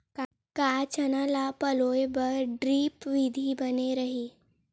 का चना ल पलोय बर ड्रिप विधी बने रही?